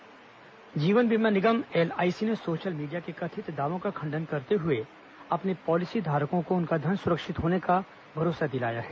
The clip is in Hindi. एलआईसी स्पष्टीकरण जीवन बीमा निगम एलआईसी ने सोशल मीडिया के कथित दावों का खंडन करते हुए अपने पॉलिसी धारकों को उनका धन सुरक्षित होने का भरोसा दिलाया है